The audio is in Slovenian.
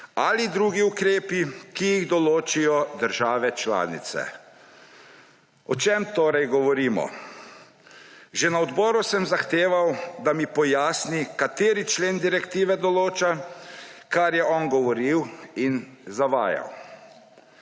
ali drugi ukrepi, ki jih določijo države članice.« O čem torej govorimo? Že na odboru sem zahteval, da mi pojasni, kateri člen direktive določa, kar je on govoril in zavaja.